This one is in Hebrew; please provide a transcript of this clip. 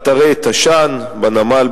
אתרי תש"ן בנמל,